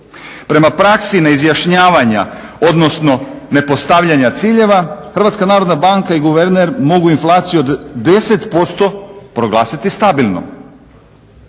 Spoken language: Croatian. Prema praksi neizjašnjavanja odnosno nepostavljanja ciljeva HNB i guverner mogu inflaciju od 10% proglasiti stabilnost.